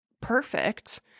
perfect